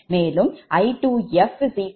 மேலும் I2fI24I21I23